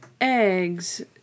eggs